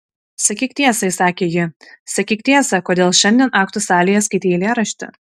sakyk tiesą įsakė ji sakyk tiesą kodėl šiandien aktų salėje skaitei eilėraštį